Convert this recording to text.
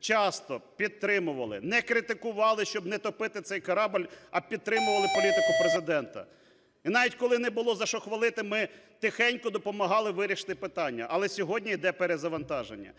часто підтримували, не критикували, щоб "не топити цей корабель", а підтримували політику Президента. І навіть, коли не було за що хвалити, ми тихенько допомагали вирішити питання. Але сьогодні йде перезавантаження.